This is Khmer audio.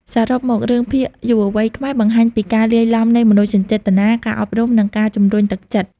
សរុបមក រឿងភាគយុវវ័យខ្មែរបង្ហាញពីការលាយឡំនៃមនោសញ្ចេតនា ការអប់រំ និងការជំរុញទឹកចិត្ត។